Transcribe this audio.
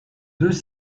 deux